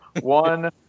one